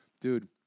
Dude